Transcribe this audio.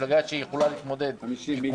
מפלגה שהיא יכולה להתמודד עם כולנו.